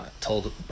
told